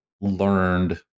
learned